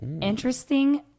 Interesting